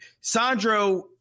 Sandro